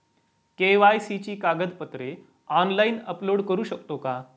KYC ची कागदपत्रे online upload करू शकतो का?